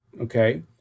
Okay